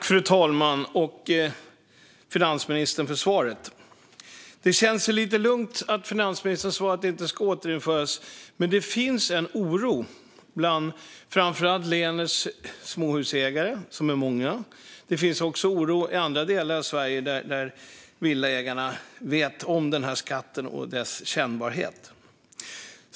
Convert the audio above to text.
Fru talman! Jag tackar finansministern för svaret. Det känns lite lugnande att finansministern svarar att fastighetsskatten inte ska återinföras, men det finns en oro bland framför allt de många småhusägarna och villaägarna i landet som vet hur kännbar denna skatt var.